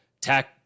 tech